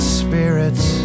spirits